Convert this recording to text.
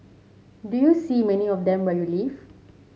do you see many of them where you live